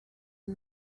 and